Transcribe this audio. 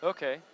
Okay